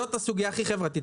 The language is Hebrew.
זו הסוגיה הכי חברתית.